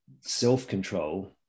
self-control